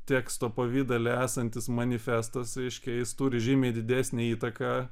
teksto pavidale esantis manifestas reiškia turi žymiai didesnę įtaką